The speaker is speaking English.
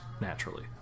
naturally